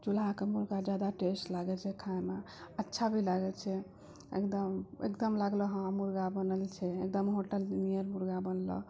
चूल्हाके मुर्गा जादा टेस्ट लागय छै खायमे अच्छा भी लागय छै एकदम एकदम लागलह हँ मुर्गा बनल छै एकदम होटल नीअर मुर्गा बनलह